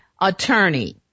attorney